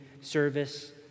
service